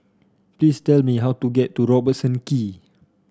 please tell me how to get to Robertson Quay